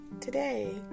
Today